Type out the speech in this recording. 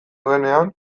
duenean